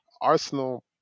arsenal